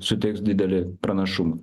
suteiks didelį pranašumą